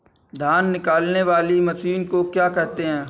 धान निकालने वाली मशीन को क्या कहते हैं?